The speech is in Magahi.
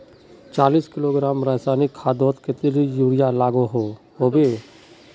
चालीस किलोग्राम रासायनिक खादोत कतेरी यूरिया लागोहो होबे?